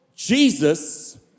Jesus